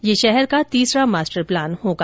यह शहर का तीसरा मास्टर प्लान होगा